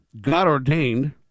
God-ordained